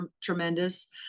tremendous